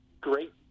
great –